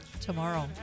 tomorrow